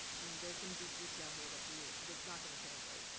i mean, there's some deep detail here that we are. that's not going to translate.